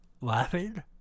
laughing